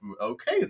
okay